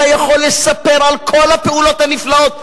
אתה יכול לספר על כל הפעולות הנפלאות.